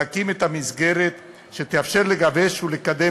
להקים את המסגרת שתאפשר לגבש ולקדם